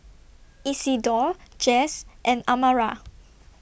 Isidor Jess and Amara